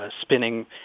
spinning